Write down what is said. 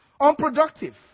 unproductive